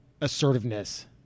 assertiveness